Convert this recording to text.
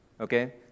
okay